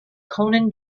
conan